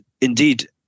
indeed